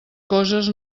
coses